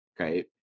okay